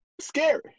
scary